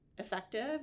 effective